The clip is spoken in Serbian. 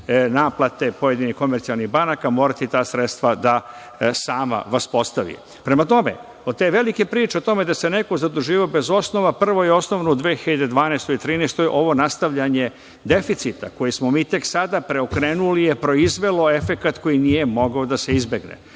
naplate pojedinih komercijalnih banaka morati da sredstva da sama uspostavi. Prema tome, od te velike priče o tome da se neko zaduživao bez osnova, prvo i osnovno u 2012. i 2013. godini je nastavljanje deficita koji smo mi tek sada preokrenuli, proizvelo je efekat koji nije mogao da se izbegne. Drugo,